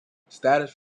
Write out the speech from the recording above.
status